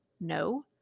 no